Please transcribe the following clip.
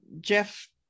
Jeff